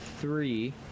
three